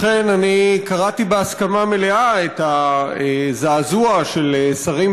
לכן אני קראתי בהסכמה מלאה את הזעזוע של שרים